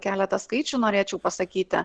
keletą skaičių norėčiau pasakyti